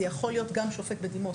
זה יכול להיות גם שופט בדימוס.